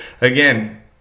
Again